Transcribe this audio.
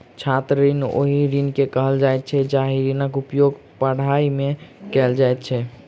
छात्र ऋण ओहि ऋण के कहल जाइत छै जाहि ऋणक उपयोग पढ़ाइ मे कयल जाइत अछि